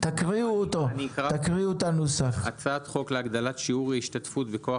אקריא אותו: "הצעת חוק להגדלת שיעור ההשתתפות בכוח